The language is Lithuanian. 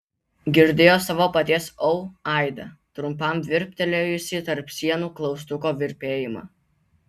girdėjo savo paties au aidą trumpam virptelėjusį tarp sienų klaustuko virpėjimą